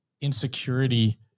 insecurity